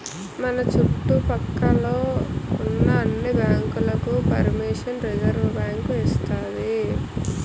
మన చుట్టు పక్క లో ఉన్న అన్ని బ్యాంకులకు పరిమిషన్ రిజర్వుబ్యాంకు ఇస్తాది